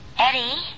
Eddie